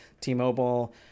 t-mobile